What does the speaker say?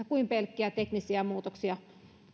kuin pelkkiä teknisiä muutoksia